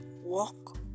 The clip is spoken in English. Walk